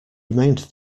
remained